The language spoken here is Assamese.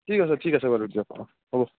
ঠিক আছে ঠিক আছে বাৰু দিয়ক অঁ হ'ব